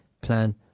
plan